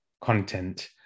content